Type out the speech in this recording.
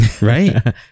right